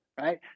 right